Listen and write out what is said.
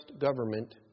government